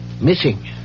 missing